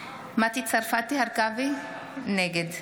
מטי צרפתי הרכבי, נגד